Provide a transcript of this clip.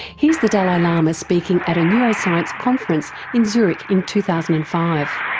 here's the dalai lama speaking at a neuroscience conference in zurich in two thousand and five.